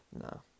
No